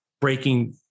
breaking